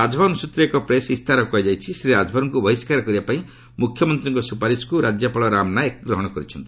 ରାଜଭବନ ସ୍ତ୍ରରେ ଏକ ପ୍ରେସ୍ ଇସ୍ତାହାରରେ କୁହାଯାଇଛି ଶ୍ରୀ ରାଜଭର୍ଙ୍କୁ ବହିଷ୍କାର କରିବାପାଇଁ ମୁଖ୍ୟମନ୍ତ୍ରୀଙ୍କ ସୁପାରିସ୍କୁ ରାଜ୍ୟପାଳ ରାମ ନାଏକ ଗ୍ରହଣ କରିଛନ୍ତି